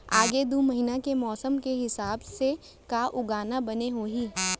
आगे दू महीना के मौसम के हिसाब से का उगाना बने होही?